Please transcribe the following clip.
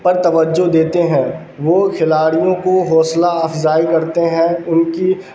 پر توجہ دیتے ہیں وہ کھلاڑیوں کو حوصلہ افزائی کرتے ہیں ان کی